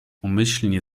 umyślnie